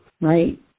Right